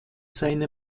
seine